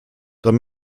dann